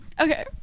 okay